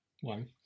one